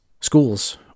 schools